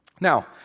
Now